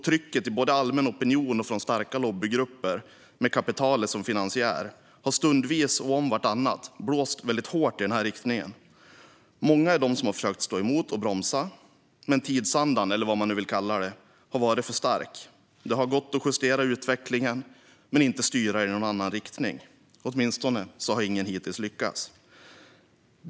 Trycket både i allmän opinion och från starka lobbygrupper med kapitalet som finansiär har stundvis och om vartannat varit väldigt hårt i denna riktning. Många är de som har försökt att stå emot och bromsat, men tidsandan, eller vad vi vill kalla det, har varit för stark. Det har gått att justera utvecklingen men inte styra den i en annan riktning. Åtminstone har ingen hittills lyckats med det.